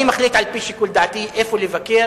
אני מחליט על-פי שיקול דעתי איפה לבקר